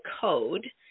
code